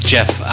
Jeff